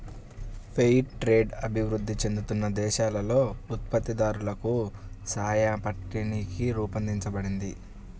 fair trade అభివృద్ధి చెందుతున్న దేశాలలో ఉత్పత్తిదారులకు సాయపట్టానికి రూపొందించబడింది